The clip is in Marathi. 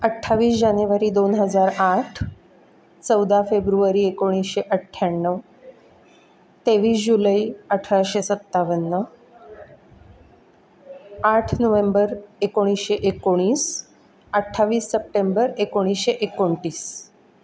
अठ्ठावीस जानेवारी दोन हजार आठ चौदा फेब्रुवारी एकोणीशे अठ्ठ्याण्णव तेवीस जुलै अठराशे सत्तावन्न आठ नोव्हेंबर एकोणीशे एकोणीस अठ्ठावीस सप्टेंबर एकोणीशे एकोणतीस